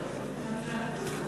והגנת